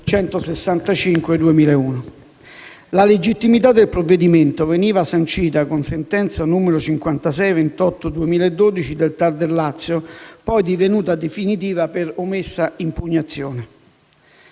del 2001. La legittimità del provvedimento veniva sancita con sentenza n. 5628 del 2012 del TAR del Lazio, poi divenuta definitiva per omessa impugnazione.